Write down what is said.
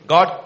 God